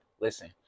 Listen